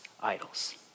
idols